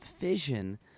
vision